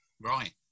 Right